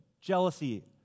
jealousy